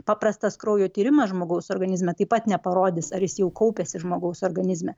paprastas kraujo tyrimas žmogaus organizme taip pat neparodys ar jis jau kaupiasi žmogaus organizme